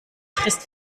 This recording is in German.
frist